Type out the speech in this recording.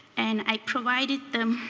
and i provided the